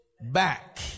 back